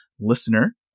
listener